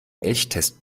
elchtest